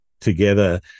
together